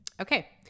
Okay